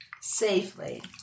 safely